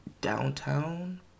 downtown